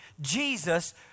Jesus